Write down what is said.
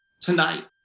tonight